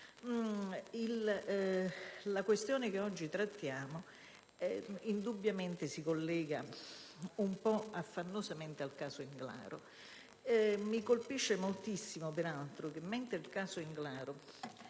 La questione che oggi trattiamo indubbiamente si collega un po' affannosamente al caso Englaro. Mi colpisce moltissimo, peraltro, che mentre il caso Englaro